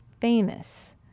famous